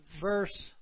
Verse